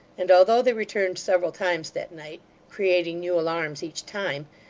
and although they returned several times that night, creating new alarms each time,